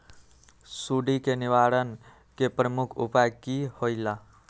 सुडी के निवारण के प्रमुख उपाय कि होइला?